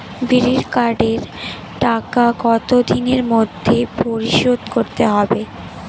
বিড়ির কার্ডের টাকা কত দিনের মধ্যে পরিশোধ করতে হবে?